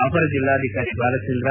ಅಪರ ಜಿಲ್ಲಾಧಿಕಾರಿ ಬಾಲಚಂದ್ರ